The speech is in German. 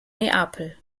neapel